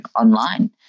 online